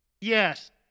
Yes